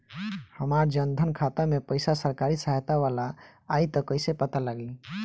हमार जन धन खाता मे पईसा सरकारी सहायता वाला आई त कइसे पता लागी?